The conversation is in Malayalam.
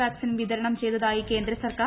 വാക്സിൻ വിതരണം ചെയ്തതായി കേന്ദ്രസർക്കാർ